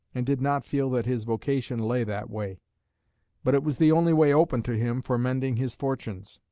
and did not feel that his vocation lay that way but it was the only way open to him for mending his fortunes.